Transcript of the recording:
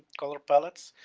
colour palettes.